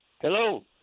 Hello